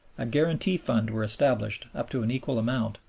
a guarantee fund were established up to an equal amount,